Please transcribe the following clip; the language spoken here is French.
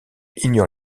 ignore